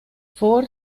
vor